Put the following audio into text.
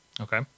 Okay